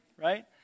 right